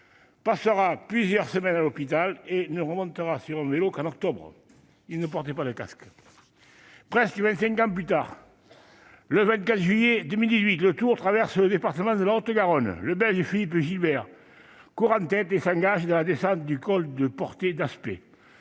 passera plusieurs semaines à l'hôpital et ne remontera sur un vélo qu'au mois d'octobre suivant. Il ne portait pas de casque ! Presque vingt-cinq ans plus tard, le 24 juillet 2018, le Tour traversait le département de la Haute-Garonne. Le Belge Philippe Gilbert courait en tête et s'est engagé dans la descente du col de Portet-d'Aspet.